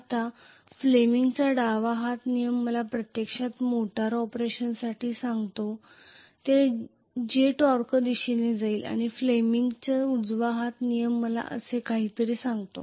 आता फ्लेमिंगचा Fleming's डावा हात नियम मला प्रत्यक्षात मोटार ऑपरेशनसाठी सांगतो जे टॉर्क दिशेने जाईल आणि फ्लेमिंगचा उजवा हात नियम मला असे काहीतरी सांगतो